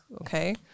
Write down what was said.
okay